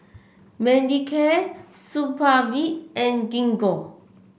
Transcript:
Manicare Supravit and Gingko